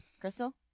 Crystal